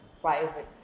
private